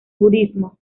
budismo